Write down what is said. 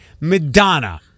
Madonna